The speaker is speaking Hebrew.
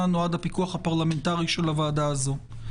נועד הפיקוח הפרלמנטרי של הוועדה הזאת.